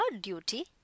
duty